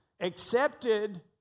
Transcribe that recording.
Accepted